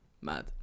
Mad